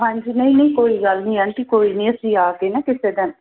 ਹਾਂਜੀ ਨਹੀਂ ਕੋਈ ਗੱਲ ਨਹੀਂ ਆਂਟੀ ਕੋਈ ਨਹੀਂ ਅਸੀਂ ਆ ਕੇ ਨਾ ਕਿਸੇ ਦਿਨ